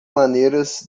maneiras